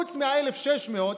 חוץ מה-1,600,